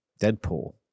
Deadpool